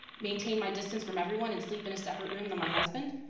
maintain my distance from everyone and sleep in a separate room than my husband,